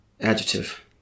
Adjective